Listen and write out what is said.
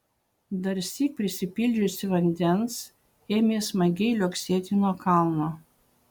darsyk prisipildžiusi vandens ėmė smagiai liuoksėti nuo kalno